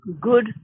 good